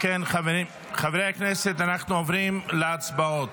חברי הכנסת, אנחנו עוברים להצבעות.